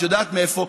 את יודעת מאיפה,